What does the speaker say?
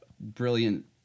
brilliant